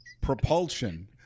propulsion